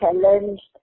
challenged